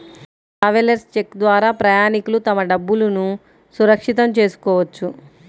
travellers cheque ద్వారా ప్రయాణికులు తమ డబ్బులును సురక్షితం చేసుకోవచ్చు